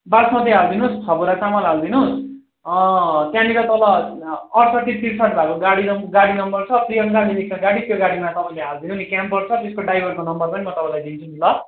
बासमती हालिदिनु होस् छ बोरा चामल हालिदिनु होस् त्यहाँनिर तल अठसट्ठी त्रिसट्ठी भएको गाडी नम्बर गाडी नम्बर छ प्रियङ्का लेखेको छ गाडी त्यो गाडीमा तपाईँले हालिदिनु नि क्याम्फर छ त्यसको ड्राइभरको नम्बर पनि म तपाईँलाई दिन्छु नि ल